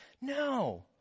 No